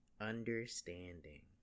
understanding